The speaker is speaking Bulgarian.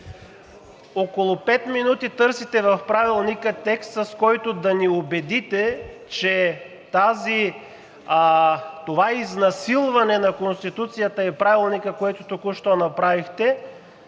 Около пет минути търсихте в Правилника текст, с който да ни убедите, че това изнасилване на Конституцията и Правилника, което току-що направихте,